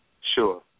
Sure